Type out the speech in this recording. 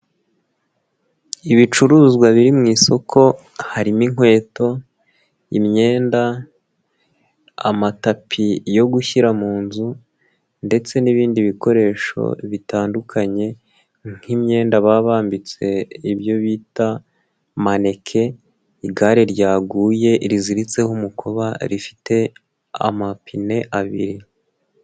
Ibicuruzwa biri mu isoko harimo: inkweto, imyenda, amatapi yo gushyira mu nzu ndetse n'ibindi bikoresho bitandukanye nk'imyenda baba bambitse ibyo bita maneke, igare ryaguye riziritseho umukoba, rifite amapine abiri.